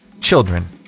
children